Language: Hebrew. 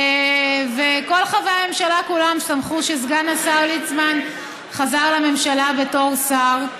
כל חברי הממשלה כולם שמחו שסגן השר ליצמן חזר לממשלה בתור שר,